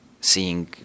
seeing